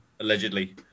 Allegedly